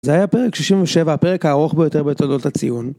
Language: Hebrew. זה היה פרק 67, הפרק הארוך ביותר בתולדות הציון.